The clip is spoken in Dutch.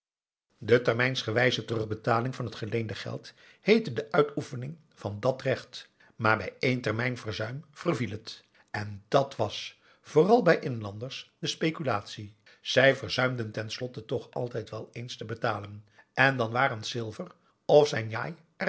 de termijnsgewijze terugbetaling van het geleende geld heette de uitoefening van dat recht maar bij één termijn verzuim verviel het en dàt was vooral bij inlanders de speculatie zij verzuimden ten slotte toch altijd wel eens te betalen en dan waren silver of zijn njai